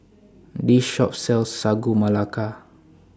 This Shop sells Sagu Melaka